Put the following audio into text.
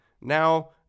now